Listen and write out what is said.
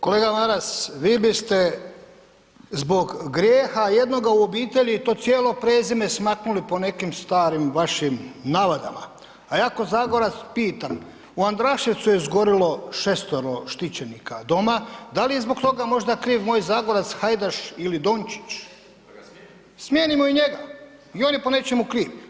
Kolega Maras vi biste zbog grijeha jednoga u obitelji to cijelo prezime smaknuli po nekim starim vašim navadama, a ja ko Zagorac pitam, u Andraševcu je izgorilo 6-tero štićenika doma, da li je zbog toga kriv možda moj Zagorac Hajdaš ili Dončić, smijenimo i njega i on je po nečemu kriv.